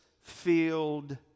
filled